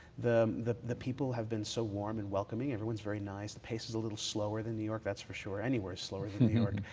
the the people have been so warm and welcoming. everyone is very nice. the pace is a little slower than new york, that's for sure. anywhere is slower than new